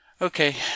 Okay